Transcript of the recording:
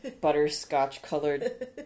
butterscotch-colored